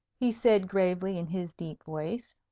he said gravely, in his deep voice.